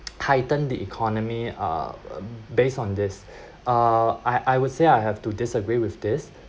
heighten the economy uh based on this uh I I would say I have to disagree with this